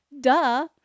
Duh